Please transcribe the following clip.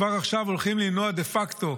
כבר עכשיו הולכים למנוע, דה פקטו,